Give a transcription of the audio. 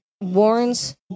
warns